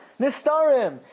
Nistarim